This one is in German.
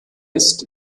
ist